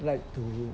like to